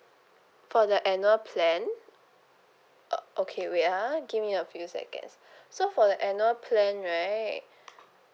for the annual plan uh okay wait ah give me a few seconds so for the annual plan right